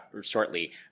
shortly